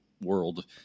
world